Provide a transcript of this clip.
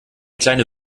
kleine